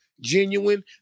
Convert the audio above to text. genuine